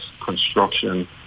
construction